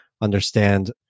understand